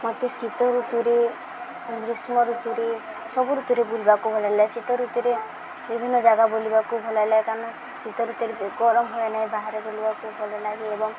ମୋତେ ଶୀତ ଋତୁରେ ଗ୍ରୀଷ୍ମ ଋତୁରେ ସବୁ ଋତୁରେ ବୁଲିବାକୁ ଭଲ ଲାଗେ ଶୀତ ଋତୁରେ ବିଭିନ୍ନ ଜାଗା ବୁଲିବାକୁ ଭଲ ଲାଗେ କାରଣ ଶୀତ ଋତୁରେ ଗରମ ହୁଏ ନାହିଁ ବାହାରେ ବୁଲିବାକୁ ଭଲ ଲାଗେ ଏବଂ